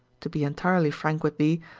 to be entirely frank with thee,